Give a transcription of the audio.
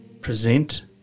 present